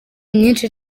myinshi